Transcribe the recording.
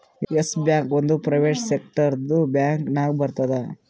S bank ಒಂದ್ private ಸೆಕ್ಟರ್ದು bank ನಾಗ್ ಬರ್ತುದ್